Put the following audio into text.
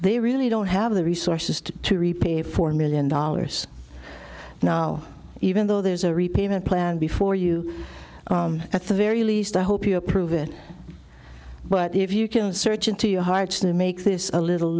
they really don't have the resources to repay four million dollars now even though there's a repayment plan before you at the very least i hope you approve it but if you can search into your hearts to make this a little